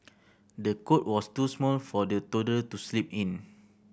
the cot was too small for the toddler to sleep in